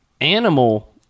animal